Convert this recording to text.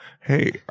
Hey